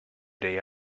they